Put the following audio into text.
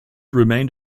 remained